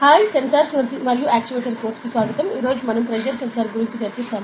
hi sensors మరియు actuators కోర్సుకు స్వాగతం ఈ రోజు మనం ప్రెజర్ సెన్సార్ గురించి చర్చిస్తాము